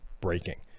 breaking